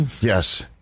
Yes